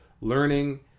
learning